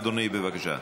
אדוני, בבקשה.